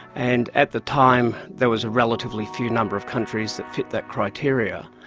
and at the time there was a relatively few number of countries that fit that criteria.